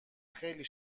خیلی